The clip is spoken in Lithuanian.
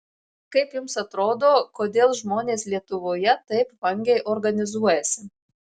kaip jums atrodo kodėl žmonės lietuvoje taip vangiai organizuojasi